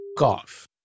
off